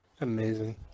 Amazing